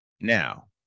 Now